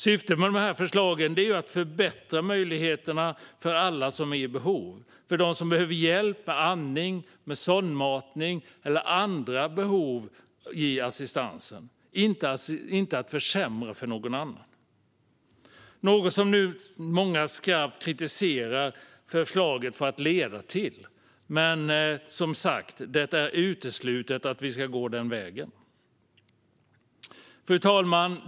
Syftet med förslagen är att förbättra möjligheterna för alla som är i behov av hjälp med andning, sondmatning eller har andra behov av assistans. Det handlar inte om att försämra för någon annan. Det är något som många nu kritiserar förslaget för att leda till. Men det är uteslutet att vi ska gå den vägen. Fru talman!